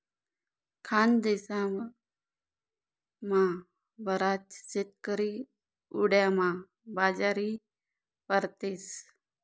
खानदेशमा बराच शेतकरी उंडायामा बाजरी पेरतस